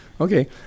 Okay